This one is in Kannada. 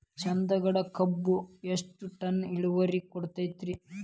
ಚಂದಗಡ ಕಬ್ಬು ಎಷ್ಟ ಟನ್ ಇಳುವರಿ ಕೊಡತೇತ್ರಿ?